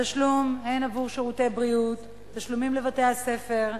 התשלום עבור שירותי בריאות, תשלומים לבתי-הספר.